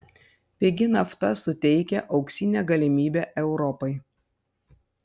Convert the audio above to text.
pigi nafta suteikia auksinę galimybę europai